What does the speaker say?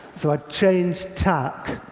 so i changed tack.